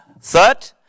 Third